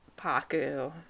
Paku